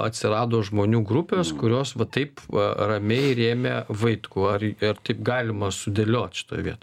atsirado žmonių grupės kurios va taip ramiai rėmė vaitkų ar ir taip galima sudėliot šitoj vietoj